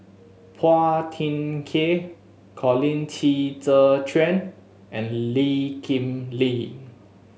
Phua Thin Kiay Colin Qi Zhe Quan and Lee Kip Lin